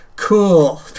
Cool